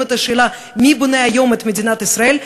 את השאלה מי בונה היום את מדינת ישראל,